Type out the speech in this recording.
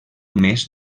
més